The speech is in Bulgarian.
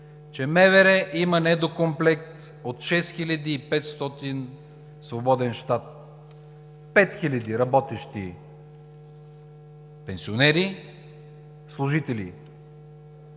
че МВР има недокомплект от 6500 свободни щата, 5000 работещи пенсионери, служители.